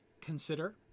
consider